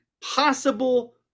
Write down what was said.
possible